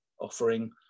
offering